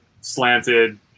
slanted